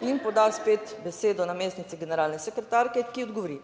in poda spet besedo namestnici generalne sekretarke, ki odgovori,